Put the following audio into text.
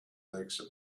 legs